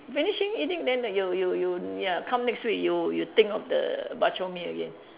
finishing eating then you you you ya come next week you you think of the bak-chor-mee again